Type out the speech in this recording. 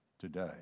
today